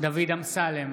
דוד אמסלם,